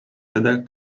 seda